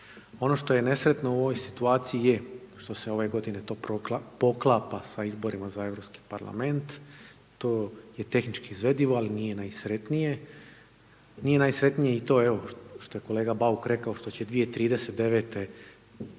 ono što je nesretno u ovoj situaciji je što se ovo godine to poklapa sa izborima za Europski parlament, to je tehnički izvedivo ali nije najsretnije. Nije najsretnije i to evo što je kolega Bauk rekao što će 2039.